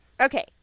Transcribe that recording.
Okay